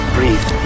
Breathe